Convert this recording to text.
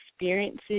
experiences